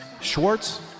Schwartz